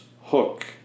hook